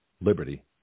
liberty